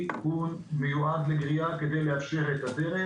והוא מיועד לגריעה כדי לאשר את הדרך.